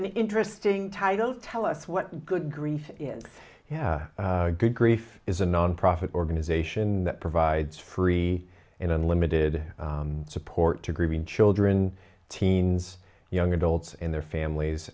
an interesting title tell us what good grief yeah good grief is a nonprofit organization that provides free and unlimited support to grieving children teens young adults and their families